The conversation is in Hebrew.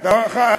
לרחם.